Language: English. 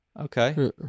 Okay